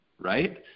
right